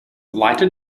lighted